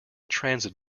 transit